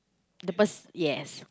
the bus yes